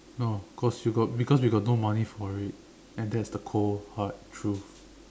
no cause you got because you got no money for it and that's the cold hard truth